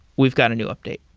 we've got a new update.